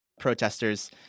protesters